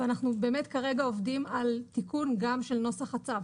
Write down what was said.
ואנחנו באמת כרגע עובדים גם על תיקון של נוסח הצו